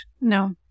No